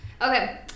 Okay